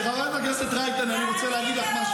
למה, אתה בעל הבית?